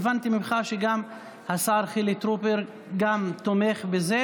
הבנתי ממך שגם השר חילי טרופר תומך בזה